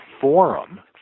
forum